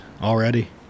Already